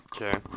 Okay